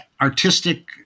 artistic